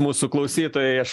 mūsų klausytojai aš